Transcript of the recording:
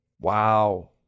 Wow